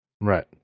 right